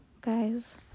guys